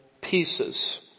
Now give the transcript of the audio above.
pieces